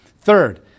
Third